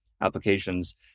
applications